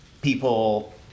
people